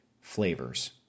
flavors